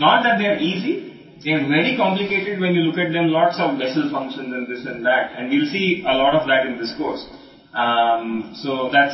కాబట్టి మీరు విశ్లేషణాత్మక పరిష్కారాలను వ్రాసారు మీరు వాటిని చాలా బెస్సెల్ ఫంక్షన్లను చూసినప్పుడు అవి చాలా క్లిష్టంగా అనిపిస్తాయి మరియు ఇది మరియు అది మరియు మనం ఈ కోర్సును చాలా